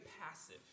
passive